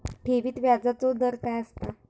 ठेवीत व्याजचो दर काय असता?